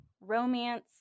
Romance